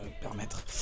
permettre